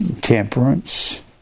temperance